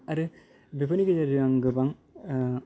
आरो बेफोरनि गेजेरजों गोबां